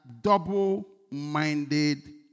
double-minded